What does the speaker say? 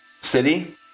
City